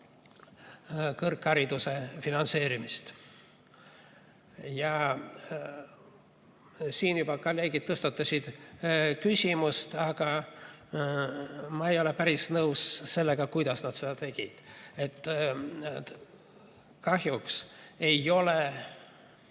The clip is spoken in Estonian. kõrghariduse finantseerimist. Siin kolleegid juba tõstatasid küsimuse, aga ma ei ole päris nõus sellega, kuidas nad seda tegid. Kahjuks ei ole